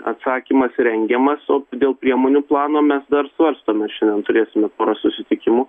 atsakymas rengiamas o dėl priemonių plano mes dar svarstome šiandien turėsime porą susitikimų